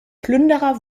plünderer